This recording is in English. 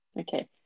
Okay